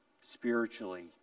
spiritually